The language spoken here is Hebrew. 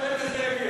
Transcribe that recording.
החלק הזה יגיע.